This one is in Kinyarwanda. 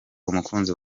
umukunzi